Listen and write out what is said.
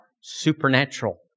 supernatural